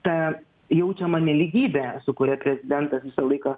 ta jaučiama nelygybė su kuria prezidentas visą laiką